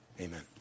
Amen